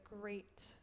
great